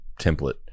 template